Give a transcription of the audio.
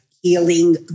healing